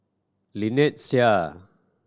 Lynnette Seah